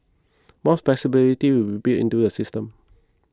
more flexibility will be built into the system